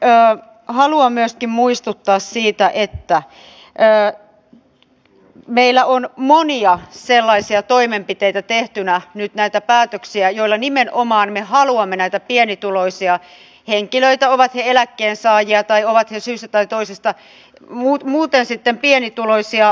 haluan myöskin muistuttaa siitä että meillä on tehtynä monia sellaisia toimenpiteitä ja päätöksiä joilla me haluamme nimenomaan näitä pienituloisia henkilöitä auttaa ovat he eläkkeensaajia tai sitten syystä tai toisesta muuten pienituloisia